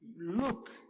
look